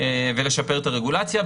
ולשפר את הרגולציה.